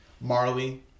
Marley